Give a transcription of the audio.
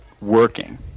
working